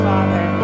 Father